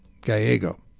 Gallego